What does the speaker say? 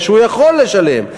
שהוא יכול לשלם,